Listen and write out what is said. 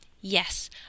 Yes